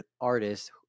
artist